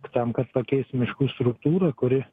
tam kad pakeist miškų struktūrą kuri